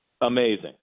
amazing